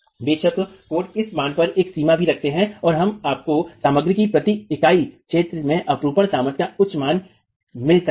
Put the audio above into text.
बेशक कोड इस मान पर एक सीमा भी रखते हैं जब आपको सामग्री की प्रति इकाई क्षेत्र में अपरूपण सामर्थ्य का उच्च मान मिल सकता है